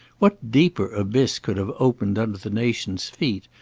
what deeper abyss could have opened under the nation's feet,